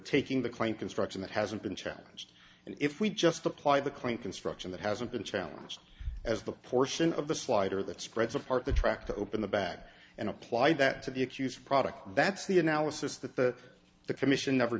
taking the claim construction that hasn't been challenged and if we just apply the claim construction that hasn't been challenged as the portion of the slider that spreads apart the track to open the back and apply that to the accused product that's the analysis that the the commission never